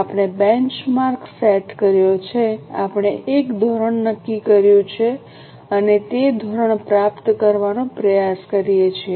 આપણે benchmark set કર્યો છે આપણે એક ધોરણ નક્કી કર્યું છે અને તે ધોરણ પ્રાપ્ત કરવાનો પ્રયાસ કરીએ છીએ